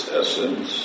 essence